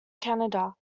canada